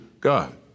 God